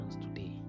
today